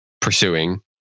pursuing